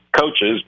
coaches